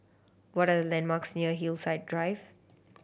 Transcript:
what are the landmarks near Hillside Drive